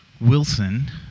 Wilson